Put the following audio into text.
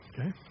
okay